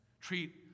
Treat